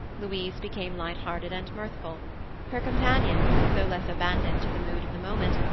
louise became light-hearted and mirthful her companion, though less abandoned to the mood of the moment,